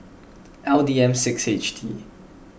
L D M six H T